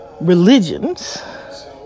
religions